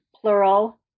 plural